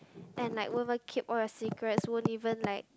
and like won't want keep all the secrets won't even like